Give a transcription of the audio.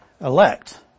elect